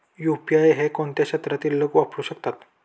UPI हे कोणत्या क्षेत्रातील लोक वापरू शकतात?